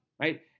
right